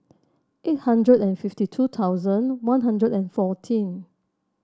eight hundred and fifty two thousand One Hundred and fourteen